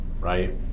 right